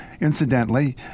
incidentally